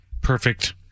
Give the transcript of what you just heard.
perfect